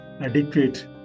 adequate